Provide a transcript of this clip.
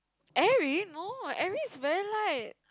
every no every is very like